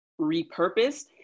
repurposed